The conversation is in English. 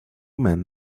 men